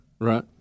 Right